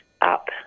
up